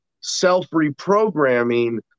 self-reprogramming